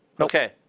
Okay